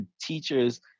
teachers